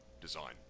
design